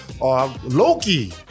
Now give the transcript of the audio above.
Loki